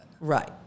Right